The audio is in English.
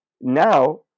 Now